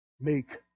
Make